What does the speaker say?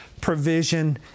provision